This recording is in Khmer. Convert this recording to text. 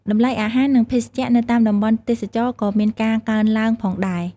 តម្លៃអាហារនឹងភេសជ្ជៈនៅតាមតំបន់ទេសចរណ៍ក៏មានការកើនឡើងផងដែរ។